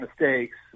mistakes